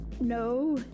no